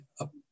up